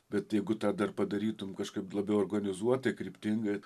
bet jeigu tą dar padarytum kažkaip labiau organizuotai kryptingai